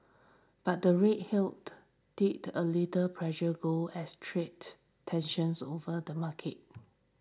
but the rate healed did a little pressure gold as trade tensions over the market